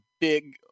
big